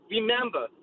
Remember